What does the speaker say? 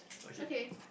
okay